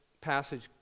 passage